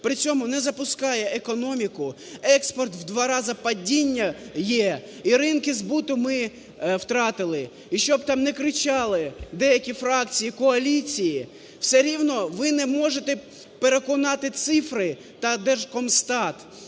при цьому не запускаючи економіку, експорт в два рази падіння є, і ринки збуту ми втратили. І що б там не кричали деякі фракції коаліції, все рівно ви не можете переконати цифри та Держкомстат,